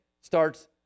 starts